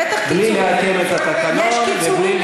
בלי לעקם את התקנון, בטח קיצורים.